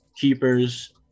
keepers